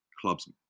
clubs